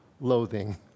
loathing